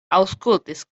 aŭskultis